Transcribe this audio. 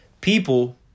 People